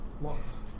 Lots